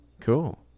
Cool